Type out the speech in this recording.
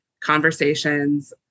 conversations